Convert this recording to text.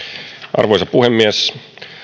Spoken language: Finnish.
arvoisa puhemies